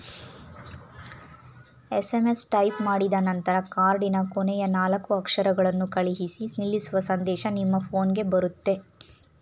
SMS type ಮಾಡಿದನಂತರ ಕಾರ್ಡಿನ ಕೊನೆಯ ನಾಲ್ಕು ಅಕ್ಷರಗಳನ್ನು ಕಳಿಸಿ ನಿಲ್ಲಿಸುವ ಸಂದೇಶ ನಿಮ್ಮ ಫೋನ್ಗೆ ಬರುತ್ತೆ